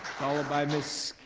followed by ms.